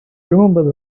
remembered